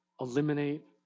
eliminate